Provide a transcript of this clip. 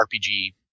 RPG